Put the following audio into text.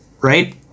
Right